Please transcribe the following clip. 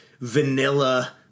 vanilla